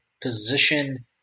position